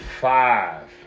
five